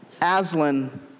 Aslan